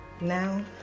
now